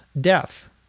deaf